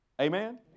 Amen